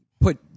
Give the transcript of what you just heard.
put